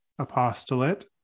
apostolate